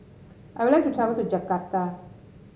I would like to travel to Jakarta